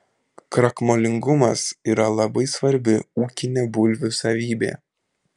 krakmolingumas yra labai svarbi ūkinė bulvių savybė